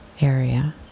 area